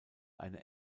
eine